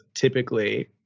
typically